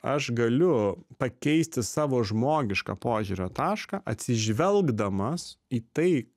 aš galiu pakeisti savo žmogišką požiūrio tašką atsižvelgdamas į tai